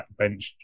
backbench